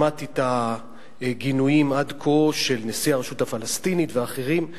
שמעתי את הגינויים עד כה של נשיא הרשות הפלסטינית ואחרים.